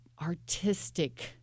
artistic